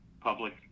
public